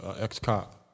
ex-cop